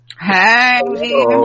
hey